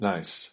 Nice